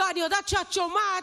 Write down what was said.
אני יודעת שאת שומעת,